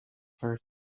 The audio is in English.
first